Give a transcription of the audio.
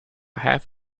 half